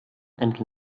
and